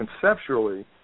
conceptually